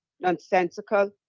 nonsensical